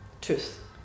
Truth